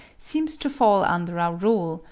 seems to fall under our rule,